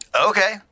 okay